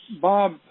Bob